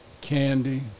candy